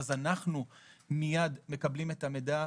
אז אנחנו מקבלים את המידע,